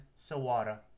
Sawada